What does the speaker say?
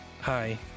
Hi